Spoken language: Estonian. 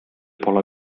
pole